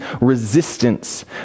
resistance